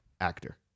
actor